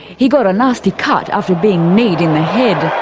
he got a nasty cut after being kneed in the head.